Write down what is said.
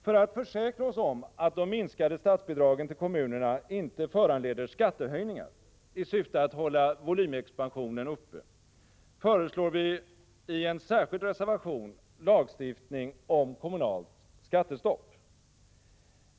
För att försäkra oss om att de minskade statsbidragen till kommunerna inte föranleder skattehöjningar i syfte att hålla volymexpansionen uppe föreslår vii en särskild reservation lagstiftning om kommunalt skattestopp.